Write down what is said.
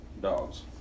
dogs